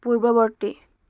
পূৰ্ৱৱৰ্তী